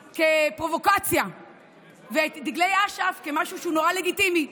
כפרובוקציה ואת דגלי אש"ף כמשהו שהוא נורא לגיטימי.